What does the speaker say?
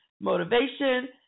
motivation